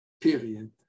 period